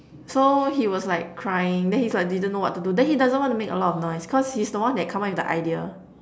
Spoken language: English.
so he was like crying then he's like didn't know what to do then he doesn't want to make a lot of noise cause he's the one that come up with the idea